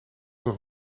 zich